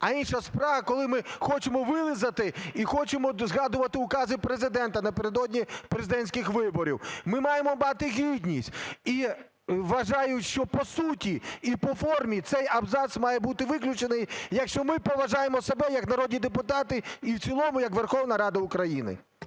а інша справа – коли ми хочемо вилизати і хочемо згадувати укази Президента напередодні президентських виборів. Ми маємо мати гідність. І вважаю, що по суті і по формі цей абзац має бути виключений, якщо ми поважаємо себе як народні депутати і в цілому як Верховна Рада України.